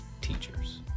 teachers